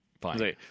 fine